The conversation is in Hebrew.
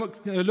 מתי שמעת?